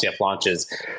launches